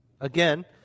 Again